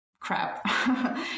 crap